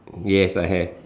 yes I have